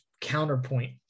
counterpoint